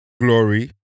Glory